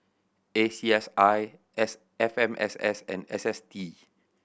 A C S I S F M S S and S S T